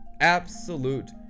absolute